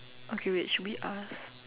okay wait should we ask